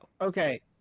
Okay